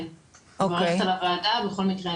אני צופה בוועדה בכל מקרה,